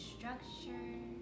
Structure